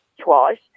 twice